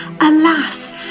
alas